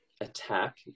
Attack